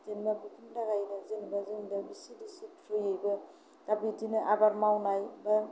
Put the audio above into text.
जेनेबा बेफोरनि थाखाय जोंनो बि सि डि सि नि थ्रुयैबो आबाद मावनाय बा